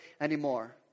anymore